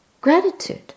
Gratitude